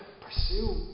Pursue